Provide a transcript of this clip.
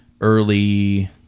early